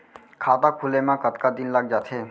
खाता खुले में कतका दिन लग जथे?